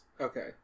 Okay